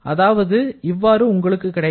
அதாவது இவ்வாறு உங்களுக்கு கிடைக்கும்